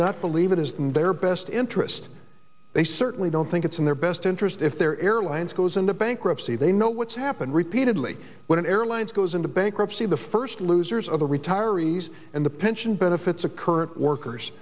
not believe it is in their best interest they certainly don't think it's in their best interest if their airlines goes into bankruptcy they know what's happened repeatedly when airlines goes into bankruptcy the first losers of the retirees and the pension benefits the current workers